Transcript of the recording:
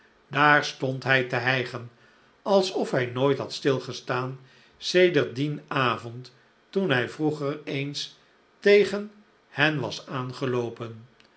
daar stond hij te hijgen alsof hij nooit had stilgestaan sedert dien avond toen hij vroeger eens tegen hen was aangeloopen